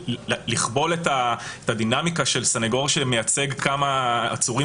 לכבול את הדינמיקה של סנגור שמייצג כמה עצורים